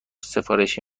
سفارشی